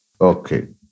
Okay